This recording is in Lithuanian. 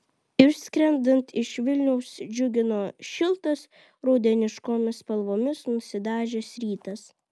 išskrendant iš vilniaus džiugino šiltas rudeniškomis spalvomis nusidažęs rytas